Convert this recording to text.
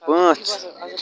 پانٛژھ